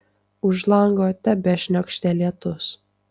už lango tebešniokštė lietus